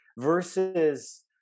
versus